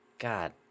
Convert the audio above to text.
God